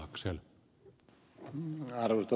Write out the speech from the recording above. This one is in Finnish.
arvoisa puhemies